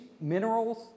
minerals